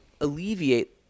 alleviate